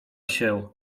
się